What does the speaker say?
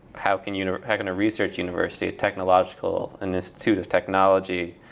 how can you know how can a research university, a technological, an institute of technology,